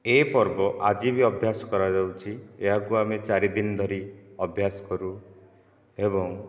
ଏ ପର୍ବ ଆଜିବି ଅଭ୍ୟାସ କରାଯାଉଛି ଏହାକୁ ଆମେ ଚାରି ଦିନ ଧରି ଅଭ୍ୟାସ କରୁ ଏବଂ